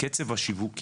קצב השיווק ירד.